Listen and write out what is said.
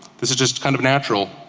this is just kind of natural.